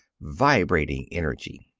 vibrating energy.